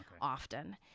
often